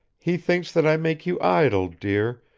he thinks that i make you idle, dear,